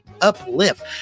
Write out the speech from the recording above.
uplift